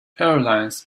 airlines